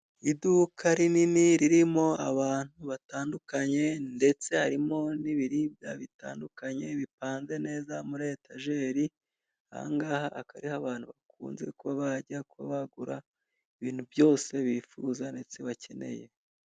Iduka rinini ririmo abantu batandukanye, ndetse harimo n'ibiribwa bitandukanye bipanze neza muri etajeri. Ahangaha akaba ariho abantu bakunze kuba bajya kugura, ibintu byose bifuza ndetse bakeneye.